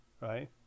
right